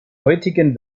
heutigen